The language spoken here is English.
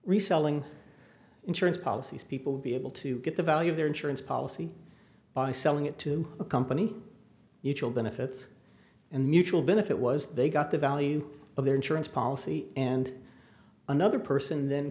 reselling insurance policies people will be able to get the value of their insurance policy by selling it to accompany you to all benefits and mutual benefit was they got the value of their insurance policy and another person th